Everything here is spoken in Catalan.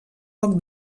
poc